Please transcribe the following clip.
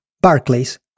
Barclays